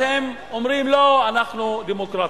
הם אומרים: לא, אנחנו דמוקרטים.